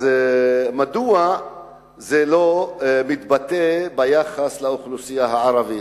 מדוע זה לא מתבטא ביחס לאוכלוסייה הערבית?